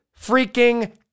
freaking